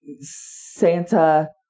Santa